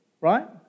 Right